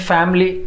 Family